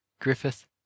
Griffith